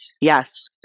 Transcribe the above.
yes